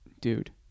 dude